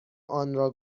آنرا